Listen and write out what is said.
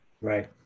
Right